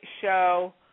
show